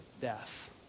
death